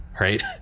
right